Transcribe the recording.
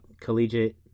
collegiate